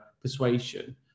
persuasion